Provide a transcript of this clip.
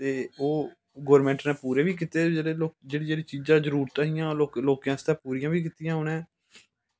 ते ओह् गौरमैंट नै पूरे बी कीते जेह्ड़ी जेह्ड़ी चीजां जरूरत हियां लोकैं आसे ते पूरियां बी कीतियां